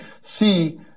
see